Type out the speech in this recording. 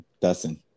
Dustin